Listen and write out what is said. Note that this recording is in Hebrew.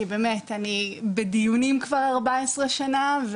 כי באמת אני בדיונים כבר 14 שנה,